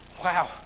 wow